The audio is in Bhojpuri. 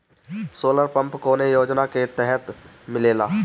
सोलर पम्प कौने योजना के तहत मिलेला?